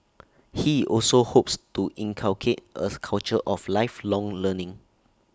he also hopes to inculcate A culture of lifelong learning